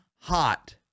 hot